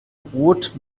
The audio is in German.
rot